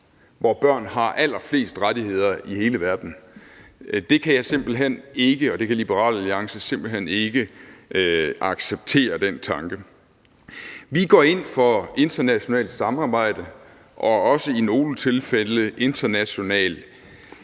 hvor børn har allerflest rettigheder i hele verden, kan jeg og Liberal Alliance simpelt hen ikke acceptere. Vi går ind for internationalt samarbejde og i nogle tilfælde også international